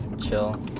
chill